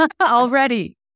already